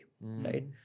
right